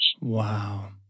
Wow